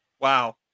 Wow